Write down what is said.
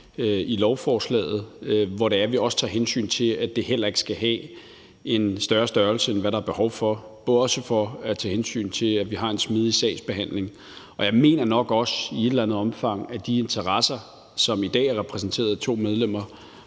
i lovforslaget, hvor vi også tager hensyn til, at det heller ikke skal have en større størrelse, end hvad der er behov for. Det er jo også for at tage hensyn til, at vi har en smidig sagsbehandling. Og jeg mener nok også i et eller andet omfang, at de interesser, som i dag er repræsenteret af to medlemmer,